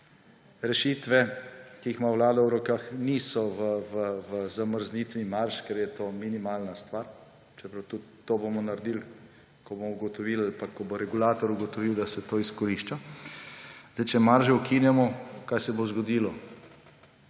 rešitve, ki jih ima vlada v rokah, niso v zamrznitvi marž, ker je to minimalna stvar, čeprav tudi to bomo naredili, ko bomo ugotovili ali pa ko bo regulator ugotovil, da se to izkorišča. Če marže ukinemo, kaj se bo zgodilo?